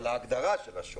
על ההגדרה של השווי.